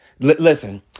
Listen